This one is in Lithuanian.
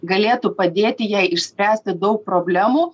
galėtų padėti jai išspręsti daug problemų